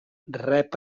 rep